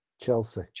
Chelsea